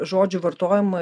žodžių vartojimo